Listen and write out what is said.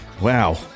wow